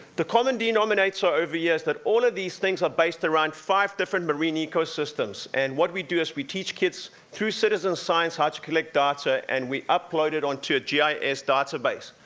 the common denominator over years, that all of these things are based around five different marine ecosystems, and what we do is we teach kids through citizen science, how to collect data, and we upload it onto a gis database,